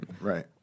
Right